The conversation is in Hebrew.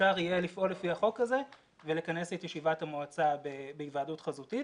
אפשר יהיה לפעול לפי החוק הזה ולכנס את ישיבת המועצה בהיוועדות חזותית,